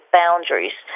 boundaries